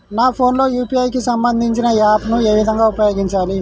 నా ఫోన్ లో యూ.పీ.ఐ కి సంబందించిన యాప్ ను ఏ విధంగా ఉపయోగించాలి?